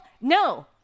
No